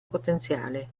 potenziale